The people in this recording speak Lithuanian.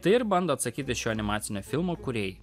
tai ir bando atsakyti šio animacinio filmo kūrėjai